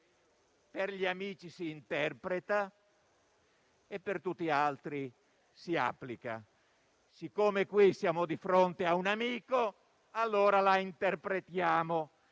per gli amici si interpreta e per tutti gli altri si applica. Siccome siamo qui di fronte a un amico, la interpretiamo.